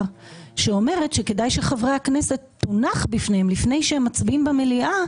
שאומרת שכדאי שחברי הכנסת תונח בפניהם לפני שהם מצביעים במליאה,